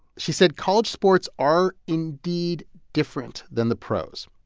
she said college sports are indeed different than the pros.